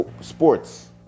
sports